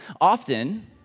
Often